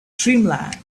dreamland